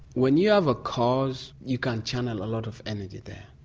when you have a cause you can channel a lot of energy there.